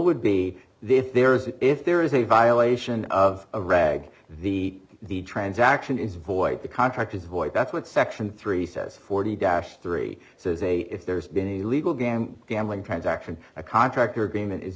would be the if there's a if there is a violation of a rag the the transaction is void the contract is void that's what section three says forty dash three so say if there's been a legal gambling gambling transaction a contract or agreement is